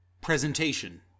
presentation